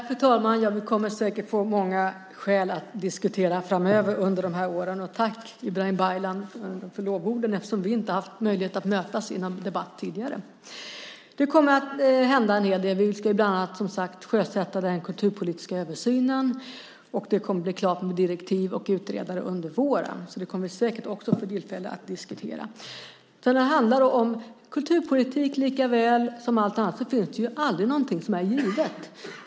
Fru talman! Vi kommer säkert att få många skäl att diskutera detta framöver under de här åren. Och tack, Ibrahim Baylan, för lovorden! Vi har ju inte haft möjlighet att mötas i någon debatt tidigare. Det kommer att hända en hel del. Vi ska bland annat som sagt sjösätta den kulturpolitiska översynen, och det kommer att bli klart med direktiv och utredare under våren. Detta kommer vi säkert också att få tillfälle att diskutera. När det handlar om kulturpolitik likaväl som allt annat finns det aldrig någonting som är givet.